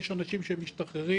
יש אנשים שמשתחררים,